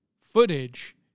footage